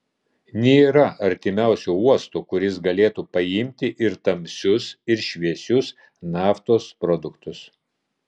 nėra artimiausio uosto kuris galėtų paimti ir tamsius ir šviesius naftos produktus